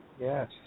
Yes